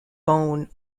bone